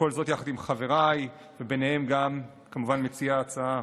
וכל זאת יחד עם חבריי, וביניהם גם מציע ההצעה,